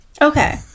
Okay